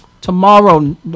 Tomorrow